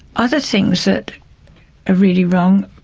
other things that are really wrong,